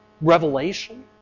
revelation